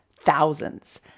thousands